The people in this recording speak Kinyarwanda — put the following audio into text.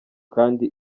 kandi